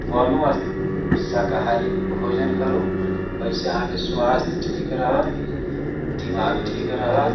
बनू आ शाकाहारी भोजन करू एहि से अहाँकेँ स्वास्थ्य ठीक रहत दिमाग ठीक रहत